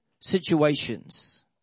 situations